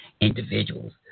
individuals